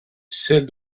celle